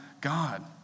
God